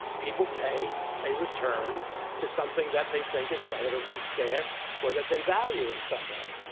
people pay a return to something that they think is relatively scarce or that they value in some way.